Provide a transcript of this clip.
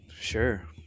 sure